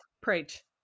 preach